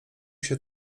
się